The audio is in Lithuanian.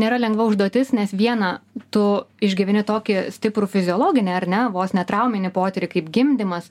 nėra lengva užduotis nes viena tu išgyveni tokį stiprų fiziologinį ar ne vos ne trauminį potyrį kaip gimdymas